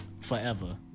forever